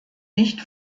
nicht